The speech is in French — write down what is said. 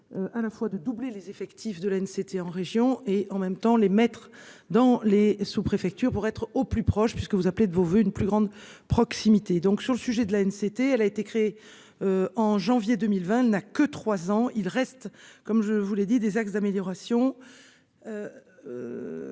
À la fois de doubler les effets. Motif de ANC c'était en région et en même temps les mettre dans les sous-, préfectures pour être au plus proche puisque vous appelez de vos voeux une plus grande proximité donc sur le sujet de la haine. C'était, elle a été créée. En janvier 2020 n'a que 3 ans. Il reste comme je vous l'ai dit des axes d'amélioration.